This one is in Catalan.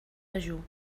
dejú